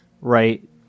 right